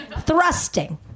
Thrusting